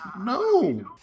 no